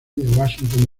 washington